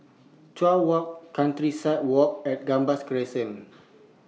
Chuan Walk Countryside Walk and Gambas Crescent